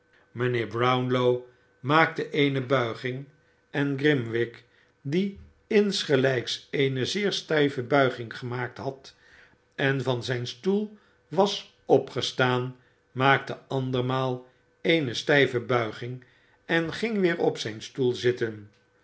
mijnheer brownlow maakte eene buiging en orimwig die insgelijks eene zeer stijve buiging gemaakt had en van zijn stoel was opgestaan maakte andermaal eene stijve buiging en ging weer op zijn stoel zitten